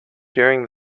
during